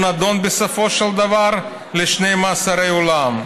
הוא נדון בסופו של דבר לשני מאסרי עולם.